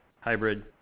hybrid